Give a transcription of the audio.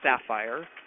sapphire